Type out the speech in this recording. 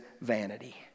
Vanity